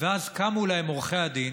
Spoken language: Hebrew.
ואז קמו להם עורכי הדין,